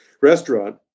restaurant